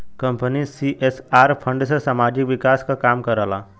company CSR fund से सामाजिक विकास क काम करला